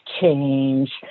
change